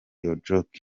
ojok